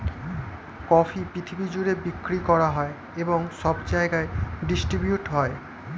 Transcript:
coffee পৃথিবী জুড়ে বিক্রি করা হয় এবং সব জায়গায় ডিস্ট্রিবিউট হয়